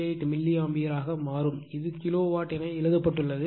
28 milliampere ஆக மாறும் இது கிலோவாட் என எழுதப்பட்டுள்ளது